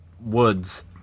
woods